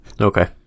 Okay